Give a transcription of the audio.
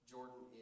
Jordan